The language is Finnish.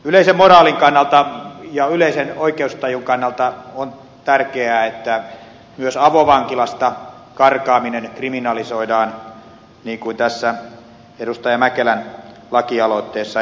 yleisen moraalin ja yleisen oikeustajun kannalta on tärkeää että myös avovankilasta karkaaminen kriminalisoidaan niin kuin tässä edustaja mäkelän lakialoitteessa esitetään